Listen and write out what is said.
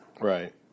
Right